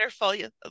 wonderful